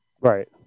Right